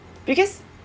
because